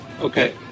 Okay